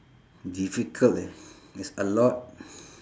difficult eh there's a lot